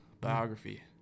biography